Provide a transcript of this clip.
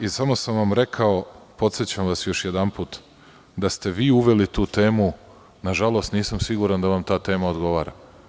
I samo sam vam rekao, podsećam vas još jedanput, da ste vi uveli tu temu, na žalost, nisam siguran da vam ta tema odgovara.